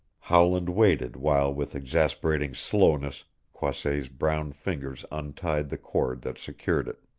howland waited while with exasperating slowness croisset's brown fingers untied the cord that secured it.